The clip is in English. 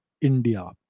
India